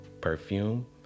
perfume